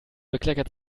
bekleckert